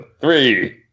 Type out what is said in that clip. Three